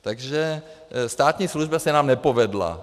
Takže státní služba se nám nepovedla.